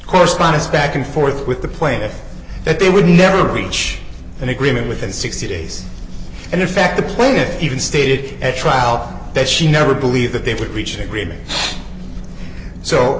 correspondence back and forth with the plaintiff that they would never reach an agreement within sixty days and in fact the plaintiffs even stated at trial that she never believed that they would reach agreement so